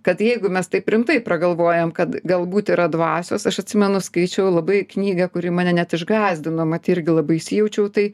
kad jeigu mes taip rimtai pragalvojam kad galbūt yra dvasios aš atsimenu skaičiau labai knygą kuri mane net išgąsdino mat irgi labai įsijaučiau tai